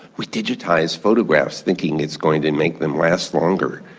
we digitise photographs thinking it's going to make them last longer,